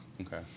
Okay